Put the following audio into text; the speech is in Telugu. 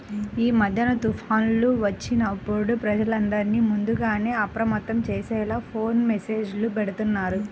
యీ మద్దెన తుఫాన్లు వచ్చినప్పుడు ప్రజలందర్నీ ముందుగానే అప్రమత్తం చేసేలా ఫోను మెస్సేజులు బెడతన్నారు